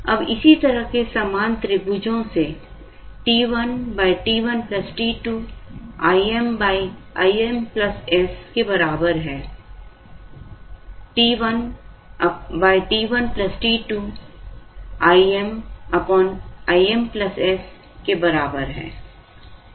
अब इसी तरह के समान त्रिभुजों से t 1 t 1 t 2 I m I m s के बराबर है t 1 t 1 t2 I m I m s के बराबर है